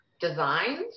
designs